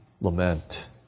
lament